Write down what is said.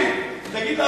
תגיד,